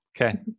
Okay